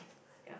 yeah